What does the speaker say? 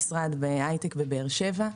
בהיי-טק בבאר שבע.